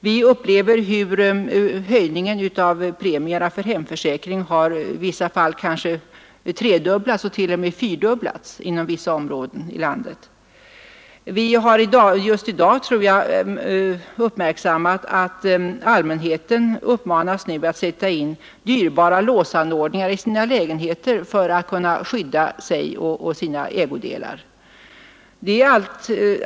Vi upplever att förhöjningen av premierna för hemförsäkring har i vissa fall tredubblats och t.o.m. fyrdubblats inom vissa områden i landet. Och vi har just i dagarna uppmärksammat att allmänheten uppmanas att sätta in dyrbara låsanordningar i sina lägenheter för att kunna skydda sig och sina ägodelar.